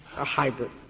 a hybrid?